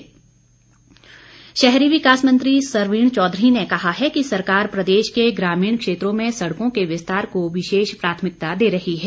सरवीण शहरी विकास मंत्री सरवीण चौधरी ने कहा है कि सरकार प्रदेश के ग्रामीण क्षेत्रों में सड़कों के विस्तार को विशेष प्राथमिकता दे रही है